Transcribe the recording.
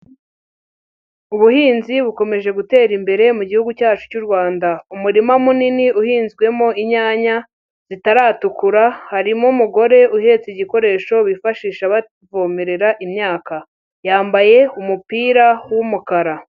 Ubuhinzi bukomeje gutera imbere mu gihugu cyacu cy'u Rwanda, umurima munini uhinzwemo inyanya zitaratukura, harimo umugore uhetse igikoresho bifashisha bavomerera imyaka, yambaye umupira w'umukara.